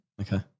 Okay